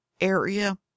area